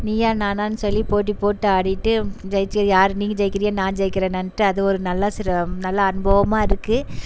நீயா நானான்னு சொல்லி போட்டி போட்டு ஆடிவிட்டு ஜெயித்து யார் நீங்கள் ஜெயிக்கிறியா நான் ஜெயிக்கிறேனான்ட்டு அது நல்லா நல்லா அனுபவமா இருக்குது